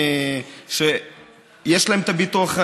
שחקניות כדורשת,